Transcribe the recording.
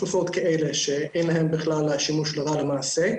תרופות כאלה שאין להן בכלל שימוש לרעה למעשה,